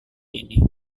ini